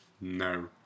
No